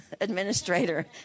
administrator